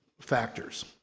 factors